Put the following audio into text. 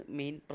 main